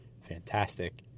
fantastic